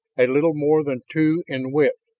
a little more than two in width,